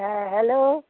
হ্যাঁ হ্যালো